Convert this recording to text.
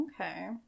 Okay